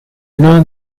l’un